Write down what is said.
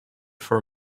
for